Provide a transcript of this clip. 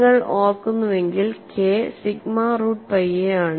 നിങ്ങൾ ഓർക്കുന്നുവെങ്കിൽ K sigma root pi a ആണ്